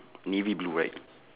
navy blue right